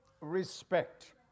Respect